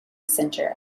center